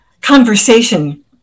conversation